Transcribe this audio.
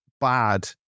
bad